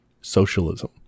socialism